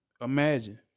imagine